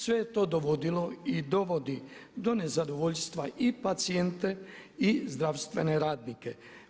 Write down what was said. Sve je to dovodilo i dovodi do nezadovoljstva i pacijente i zdravstvene radnike.